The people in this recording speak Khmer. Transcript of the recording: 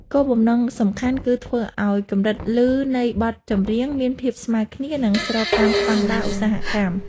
គោលបំណងសំខាន់គឺធ្វើឱ្យកម្រិតឮនៃបទចម្រៀងមានភាពស្មើគ្នា និង ស្របតាមស្ដង់ដារឧស្សាហកម្ម។